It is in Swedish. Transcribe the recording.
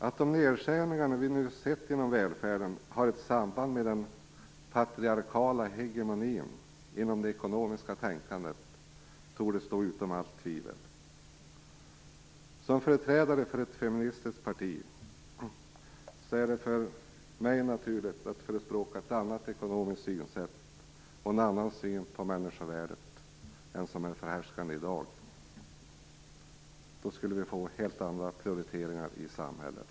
Att de nedskärningar vi nu sett inom välfärden har ett samband med den patriarkala hegemonin inom det ekonomiska tänkandet torde stå utom allt tvivel. Som företrädare för ett feministiskt parti är det för mig naturligt att förespråka ett annat ekonomiskt synsätt och en annan syn på människovärdet än som är förhärskande i dag. Då skulle vi få helt andra prioriteringar i samhället.